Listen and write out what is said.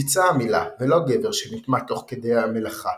ביצעה את המילה ולא גבר שנטמא תוך כדי המלאכה